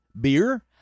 beer